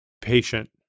patient